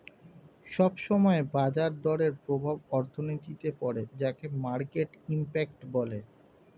সব সময় বাজার দরের প্রভাব অর্থনীতিতে পড়ে যাকে মার্কেট ইমপ্যাক্ট বলে